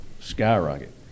skyrocket